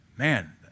Man